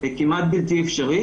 כמעט בלתי אפשרית.